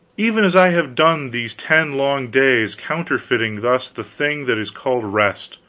even as i have done these ten long days, counterfeiting thus the thing that is called rest,